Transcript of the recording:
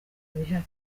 bihari